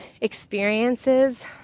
experiences